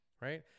right